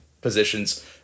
positions